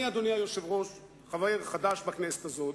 אני, אדוני היושב-ראש, חבר חדש בכנסת הזו.